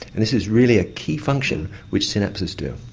and this is really a key function which synapses do.